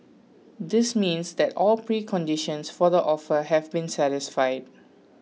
this means that all preconditions for the offer have been satisfied